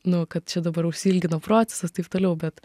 nu kad čia dabar užsiilgino procesas taip toliau bet